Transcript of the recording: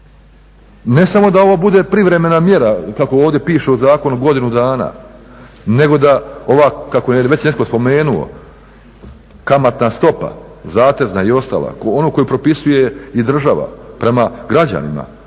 Ne samo da ovo bude privremena mjera, kako ovdje piše u zakonu godinu dana, nego da ova kako je već neko spomenuo kamatna stopa, zatezna i ostala, onu koju propisuje i država prema građanima